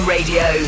Radio